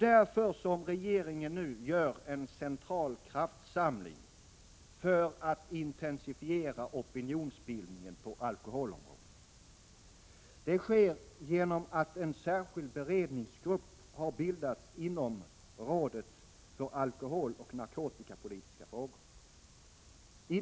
Därför gör nu regeringen en central kraftsamling för att intensifiera opinionsbildningen på alkoholområdet. Det sker genom att en särskild beredningsgrupp har bildats inom rådet för alkoholoch narkotikapolitiska frågor.